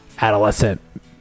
adolescent